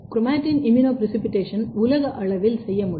chromatin immunoprecipitation உலக அளவில் செய்ய முடியும்